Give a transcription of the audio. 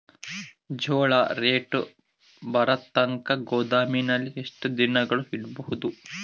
ಜೋಳ ರೇಟು ಬರತಂಕ ಗೋದಾಮಿನಲ್ಲಿ ಎಷ್ಟು ದಿನಗಳು ಯಿಡಬಹುದು?